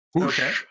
Okay